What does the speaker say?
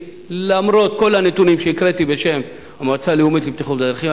ולמרות כל הנתונים שהקראתי בשם המועצה הלאומית לבטיחות בדרכים,